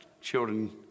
children